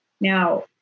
Now